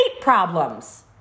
problems